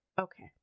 okay